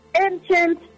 ancient